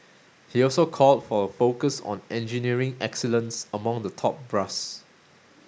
he also called for a focus on engineering excellence among the top brass